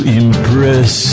impress